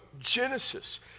Genesis